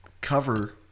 cover